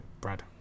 Brad